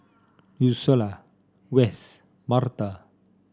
Ursula Wess Martha